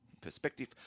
perspective